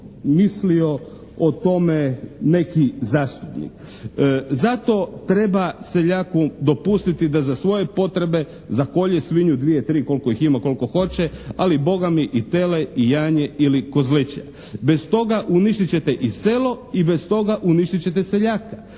mislio o tome neki zastupnik. Zato treba seljaku dopustiti da za svoje potrebe zakolje svinju, dvije, tri, koliko ih ima, koliko hoće, ali bogami i tele i janje ili kozliće. Bez toga uništit ćete i selo i bez toga uništit ćete seljaka.